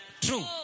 True